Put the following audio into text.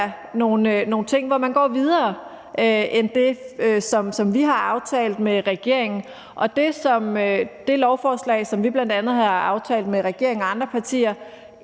nogle ting, hvor man går videre end det, vi har aftalt med regeringen. Er det lovforslag, som vi bl.a. har aftalt med regeringen og andre partier,